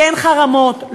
כן חרמות,